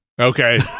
Okay